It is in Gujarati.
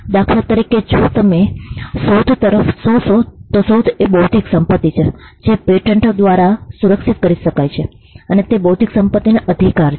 દાખલા તરીકે જો તમે શોધ તરફ જોશો તો શોધ એ બૌદ્ધિક સંપત્તિ છે જે પેટન્ટpatentસનદ દ્વારા સુરક્ષિત કરી શકાય છે અને તે બૌદ્ધિક સંપત્તિ અધિકાર છે